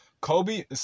Kobe